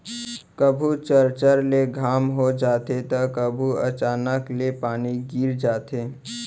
कभू चरचर ले घाम हो जाथे त कभू अचानक ले पानी गिर जाथे